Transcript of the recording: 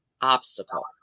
obstacle